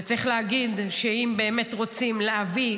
וצריך להגיד שאם באמת רוצים להביא,